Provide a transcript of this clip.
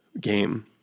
game